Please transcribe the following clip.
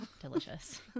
Delicious